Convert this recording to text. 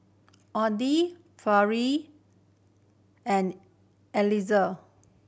Audie and Eliezer